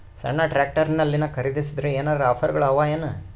ಸಣ್ಣ ಟ್ರ್ಯಾಕ್ಟರ್ನಲ್ಲಿನ ಖರದಿಸಿದರ ಏನರ ಆಫರ್ ಗಳು ಅವಾಯೇನು?